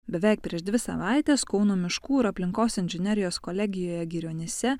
beveik prieš dvi savaites kauno miškų ir aplinkos inžinerijos kolegijoje girionyse